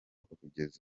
kugeza